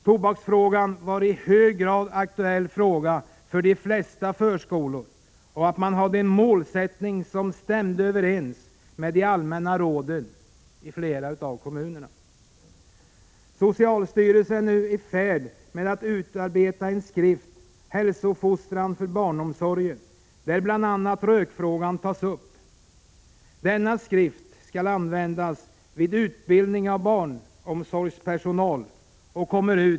Tobaksfrågan var en i hög grad aktuell fråga för de flesta förskolor, och i flera kommuner hade man en målsättning som stämde överens med de allmänna råden. Socialstyrelsen är nu i färd med att utarbeta en skrift, Hälsofostran för barnomsorgen, där bl.a. rökfrågan tas upp. Denna skrift kommer ut till hösten och skall användas vid utbildning av barnomsorgspersonal.